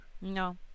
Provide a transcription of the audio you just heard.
No